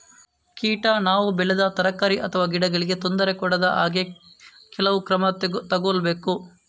ಕೀಟ ನಾವು ಬೆಳೆದ ತರಕಾರಿ ಅಥವಾ ಗಿಡಗಳಿಗೆ ತೊಂದರೆ ಕೊಡದ ಹಾಗೆ ಕೆಲವು ಕ್ರಮ ತಗೊಳ್ಬೇಕು